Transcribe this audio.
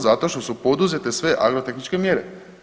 Zato što su poduzete sve agrotehničke mjere.